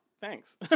thanks